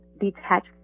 detach